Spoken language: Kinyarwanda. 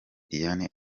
diane